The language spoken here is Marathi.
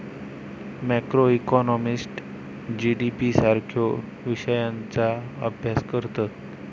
मॅक्रोइकॉनॉमिस्ट जी.डी.पी सारख्यो विषयांचा अभ्यास करतत